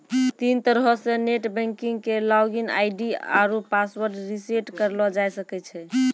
तीन तरहो से नेट बैंकिग के लागिन आई.डी आरु पासवर्ड रिसेट करलो जाय सकै छै